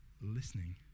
listening